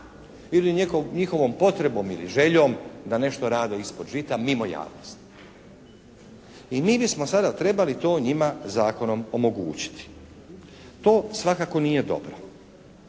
njihovom potrebom ili željom da nešto rade ispod žita mimo javnosti. I mi bismo sada trebali to njima zakonom omogućiti. To svakako nije dobro.